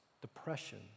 depression